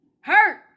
hurt